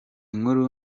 nkuru